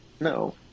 no